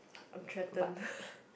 I'm threatened